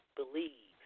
believe